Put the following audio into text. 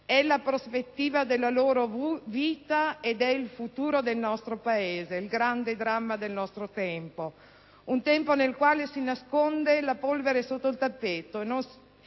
È la prospettiva della loro vita e del futuro del nostro Paese: il grande dramma del nostro tempo, un tempo nel quale si nasconde la polvere sotto il tappeto